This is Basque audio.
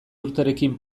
urterekin